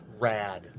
Rad